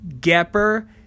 Gepper